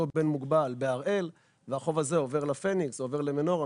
בן מוגבל בהראל והחוב הזה עובר לפניקס או עובר למנורה,